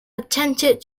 attempted